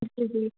جی جی